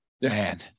Man